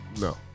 no